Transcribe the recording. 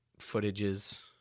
footages